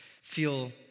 feel